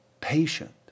patient